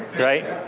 right?